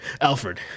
alfred